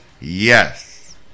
yes